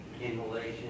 Inhalation